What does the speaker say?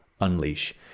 UNLEASH